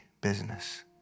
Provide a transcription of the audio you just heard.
business